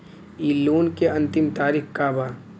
इ लोन के अन्तिम तारीख का बा?